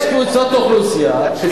יש קבוצות אוכלוסייה, אז תיקח להם את זה.